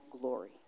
glory